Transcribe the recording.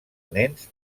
nens